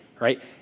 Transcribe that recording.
right